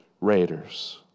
raiders